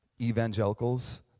evangelicals